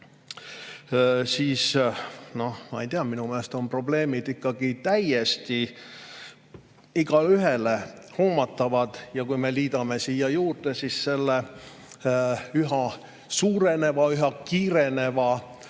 Noh, ma ei tea, minu meelest on probleemid ikkagi täiesti igaühele hoomatavad. Kui me liidame siia juurde üha suureneva, üha kiireneva